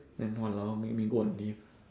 then !walao! make me go on leave